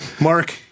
Mark